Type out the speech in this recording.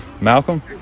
Malcolm